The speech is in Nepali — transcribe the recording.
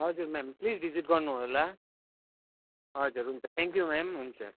हजुर म्याम प्लिज भिजिट गर्नुहोला हजुर हुन्छ थ्याङ्क्यु म्याम हुन्छ